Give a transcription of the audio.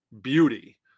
beauty